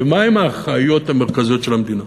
ומה הן האחריויות המרכזיות של המדינה.